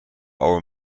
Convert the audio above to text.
our